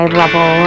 level